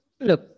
look